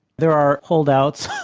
there are hold outs,